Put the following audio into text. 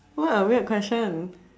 what a weird question